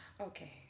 Okay